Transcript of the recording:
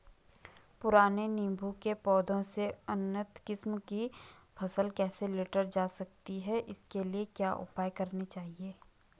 पुराने नीबूं के पौधें से उन्नत किस्म की फसल कैसे लीटर जा सकती है इसके लिए क्या उपाय करने चाहिए?